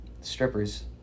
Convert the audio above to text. strippers